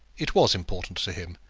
it was important to him,